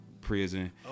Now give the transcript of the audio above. prison